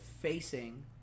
facing